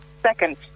second